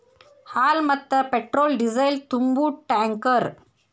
ಹಾಲ, ಮತ್ತ petrol diesel ತುಂಬು ಟ್ಯಾಂಕರ್